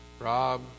Rob